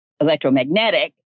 electromagnetic